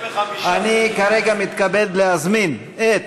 אני כרגע מתכבד להזמין את